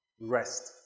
rest